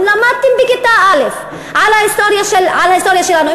אילו למדתם בכיתה א' על ההיסטוריה שלנו,